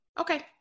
Okay